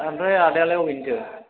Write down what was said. ओमफ्राय आदायालाय अबेनिथो